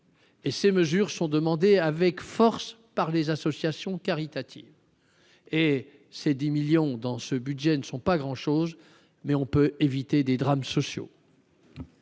et ces mesures sont demandé avec force par les associations caritatives et ses 10 millions dans ce budget ne sont pas grand-chose mais on peut éviter des drames sociaux.